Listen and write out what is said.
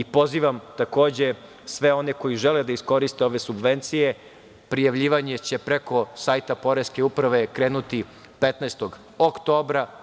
Pozivam, takođe, sve one koji žele da iskoriste ove subvencije, prijavljivanje će preko sajta Poreske uprave krenuti 15. oktobra.